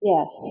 Yes